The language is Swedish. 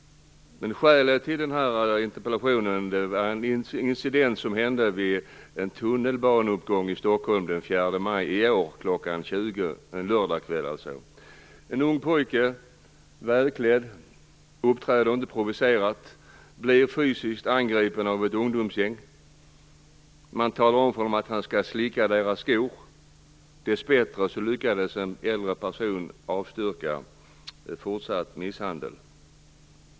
Ett skäl till att jag skrev denna interpellation är en incident vid en tunnelbaneuppgång i Stockholm den 4 maj i år kl. 20. Det var en lördagkväll. En ung, välklädd pojke, som inte uppträdde provocerande, blev fysiskt angripen av ett ungdomsgäng. De talade om för honom att han måste slicka deras skor. Dess bättre lyckades en äldre person avstyra fortsatt misshandel.